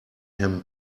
him